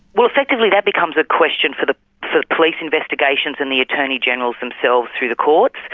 well, secondly that becomes a question for the police investigations and the attorney generals themselves through the courts,